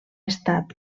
estat